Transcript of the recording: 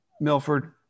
Milford